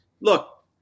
look